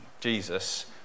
Jesus